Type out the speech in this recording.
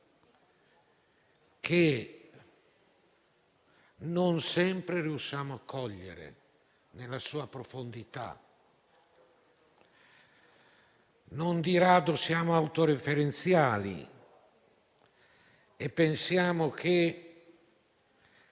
cui non sempre riusciamo a cogliere la profondità. Non di rado siamo autoreferenziali e pensiamo che